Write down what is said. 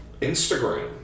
instagram